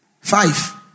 Five